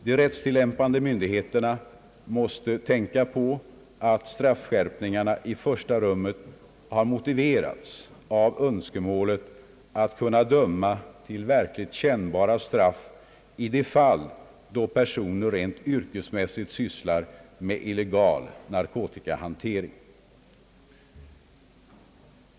De rättstillämpande myndigheterna måste tänka på att straffskärpningarna i första rummet har motiverats av önskemålet att kunna döma till verkligt kännbara straff i de fall då personer rent yrkesmässigt sysslar med illegal narkotikahantering.